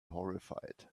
horrified